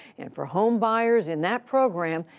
and for home buyers in that program,